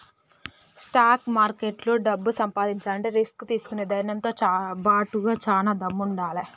stock మార్కెట్లో డబ్బు సంపాదించాలంటే రిస్క్ తీసుకునే ధైర్నంతో బాటుగా చానా దమ్ముండాలే